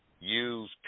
use